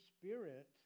spirit